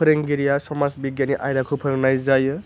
फोरोंगिरिया समाज बिगियाननि आयदाखौ फोरोंनाय जायो